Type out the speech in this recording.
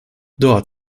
dort